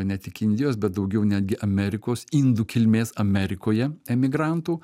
ne tik indijos bet daugiau netgi amerikos indų kilmės amerikoje emigrantų